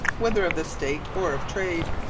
whether of the state or of trade.